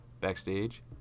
Backstage